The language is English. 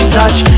touch